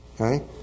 Okay